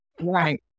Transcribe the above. Right